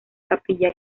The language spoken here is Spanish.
capilla